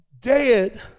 dead